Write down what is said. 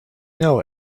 know